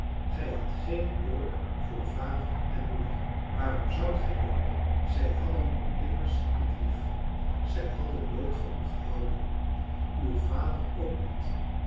gij hadt geen oor voor vader en moeder waarom zoudt gij ook zij hadden u immers niet lief zij hadden nooit van u gehouden uw vader ook niet